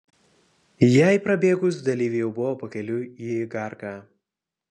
jai prabėgus dalyviai jau buvo pakeliui į igarką